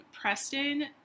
preston